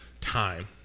time